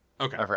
Okay